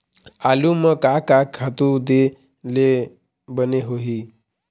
आलू म का का खातू दे ले बने होही?